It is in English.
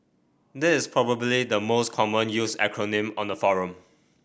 this is probably the most commonly used acronym on the forum